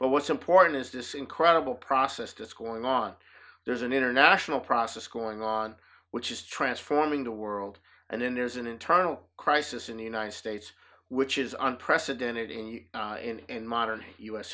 but what's important is this incredible process that's going on there's an international process going on which is transforming the world and then there's an internal crisis in the united states which is unprecedented in in modern u